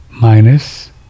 minus